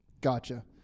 Gotcha